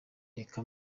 reka